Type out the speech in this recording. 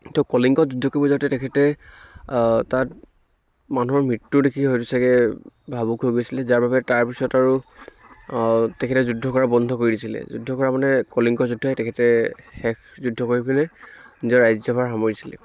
ত' কলিংগত যুদ্ধ কৰিব যাওঁতে তেখেতে তাত মানুহৰ মৃত্য়ু দেখি হয়তো চাগৈ ভাবুক হৈ গৈছিলে যাৰ বাবে তাৰ পিছত আৰু তেখেতে যুদ্ধ কৰা বন্ধ কৰি দিছিলে যুদ্ধ কৰা মানে কলিংগ যুদ্ধয়েই তেখেতে শেষ যুদ্ধ কৰি পিনে নিজৰ ৰাজ্য়ভাৰ সামৰিছিলে